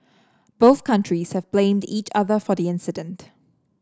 both countries have blamed each other for the incident